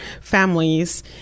families